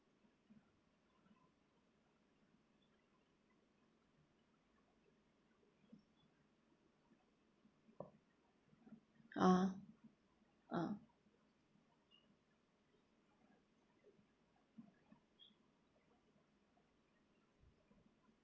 ah ah